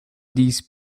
these